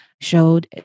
showed